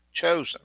chosen